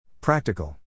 Practical